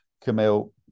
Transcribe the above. Camille